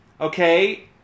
okay